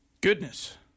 Goodness